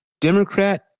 Democrat